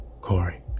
Corey